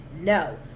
no